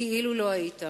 כאילו לא היית.